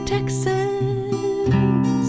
Texas